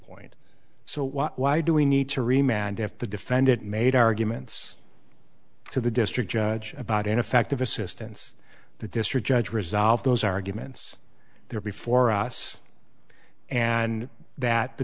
point so what why do we need to remap and if the defendant made arguments to the district judge about ineffective assistance the district judge resolve those arguments there before us and that the